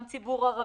גם ציבור ערבי.